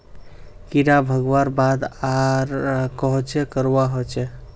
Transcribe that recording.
कीड़ा भगवार बाद आर कोहचे करवा होचए?